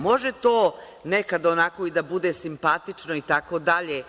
Može to nekad da bude simpatično itd.